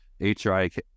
HRI